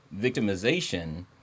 victimization